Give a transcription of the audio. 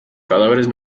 cadáveres